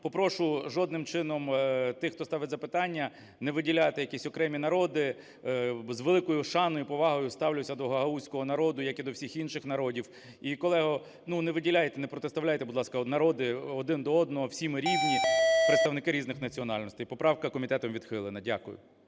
Попрошу жодним чином тих, хто ставить запитання, не виділяти якісь окремі народи. З великою шаною і повагою ставлюся до гагаузького народу, як і до всіх інших народів. І, колего, ну, не виділяйте, протиставляйте, будь ласка, от народи один до одного, всі ми – рівні, представники різних національностей. Поправка комітетом відхилена. Дякую.